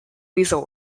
weasel